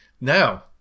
Now